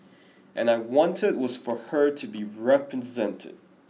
and I wanted was for her to be represented